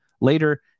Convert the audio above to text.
later